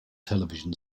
television